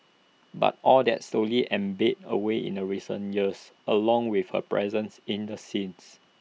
but all that slowly ebbed away in the recent years along with her presence in the scenes